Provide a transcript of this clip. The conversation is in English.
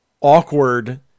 awkward